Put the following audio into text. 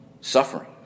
suffering